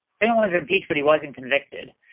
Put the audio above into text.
clinton was impeached but he wasn't convicted,